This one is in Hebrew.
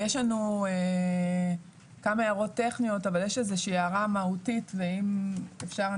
יש לנו כמה הערות טכניות אבל יש איזושהי הערה מהותית ואם אפשר,